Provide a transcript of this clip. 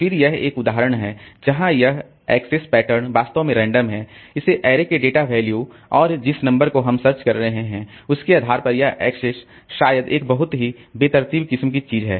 फिर यह एक उदाहरण है जहां यह एक्सेस पेटर्न वास्तव में रेंडम है इस एरे के डेटा वैल्यू और जिस नंबर को हम सर्च कर रहे हैं उसके आधार पर यह एक्सेस शायद एक बहुत ही बेतरतीब किस्म की चीज है